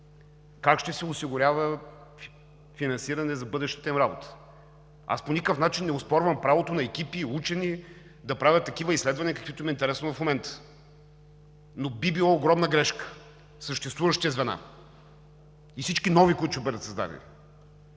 как ще се осигурява финансиране за бъдещата им работа? Аз по никакъв начин не оспорвам правото на екипи, учени да правят такива изследвания, каквито им е интересно в момента, но би било огромна грешка съществуващите звена и всички нови, които ще бъдат създадени,